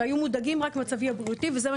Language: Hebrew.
והיו מודאגים רק ממצבי הבריאותי וזה מה